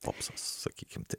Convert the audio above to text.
popsas sakykim taip